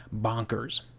bonkers